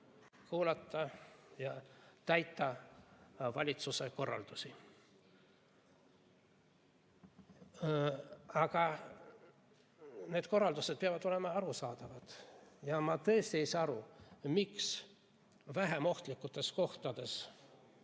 kuulata ja täita valitsuse korraldusi. Aga need korraldused peavad olema arusaadavad. Ma tõesti ei saa aru, miks vähem ohtlikes kohtades,